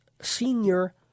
Senior